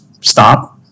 stop